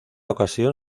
ocasión